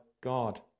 God